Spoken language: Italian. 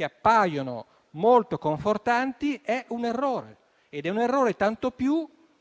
appaiono molto confortanti, è un errore, tanto più